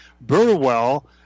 Burwell